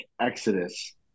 Exodus